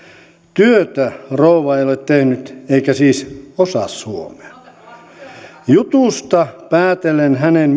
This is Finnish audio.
työtä rouva ei ole tehnyt eikä siis osaa suomea jutusta päätellen hänen